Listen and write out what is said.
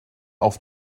auf